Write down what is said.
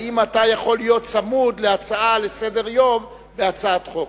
האם אתה יכול להיות צמוד להצעה לסדר-היום והצעת חוק.